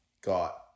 got